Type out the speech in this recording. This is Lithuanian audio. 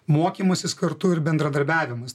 mokymasis kartu ir bendradarbiavimas